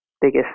biggest